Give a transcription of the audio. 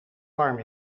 warm